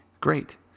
great